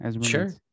Sure